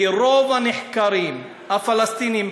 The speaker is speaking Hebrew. כי רוב הנחקרים הפלסטינים,